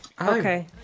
Okay